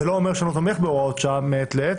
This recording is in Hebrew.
זה לא אומר שאני לא תומך בהוראות שעה מעת לעת,